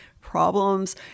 problems